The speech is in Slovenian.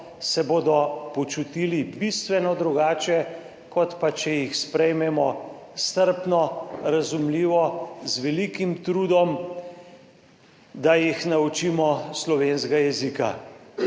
se bodo počutili bistveno drugače, kor pa če jih sprejmemo strpno, razumljivo, z velikim trudom, da jih naučimo slovenskega jezika.